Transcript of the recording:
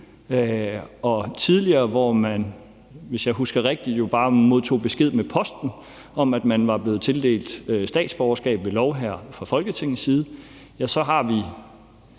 rigtigt, jo bare modtog en besked med posten om, at man var blevet tildelt statsborgerskab ved lov her fra Folketingets side, så har vi